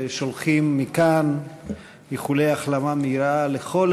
ושולחים מכאן איחולי החלמה מהירה לכל